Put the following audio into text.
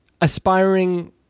aspiring